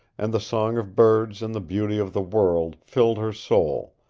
and the song of birds and the beauty of the world filled her soul,